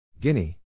Guinea